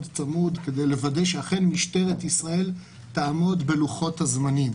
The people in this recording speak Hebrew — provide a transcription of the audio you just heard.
צמוד כדי לוודא שאכן משטרת ישראל תעמוד בלוחות הזמנים.